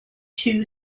two